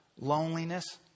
loneliness